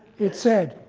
it said,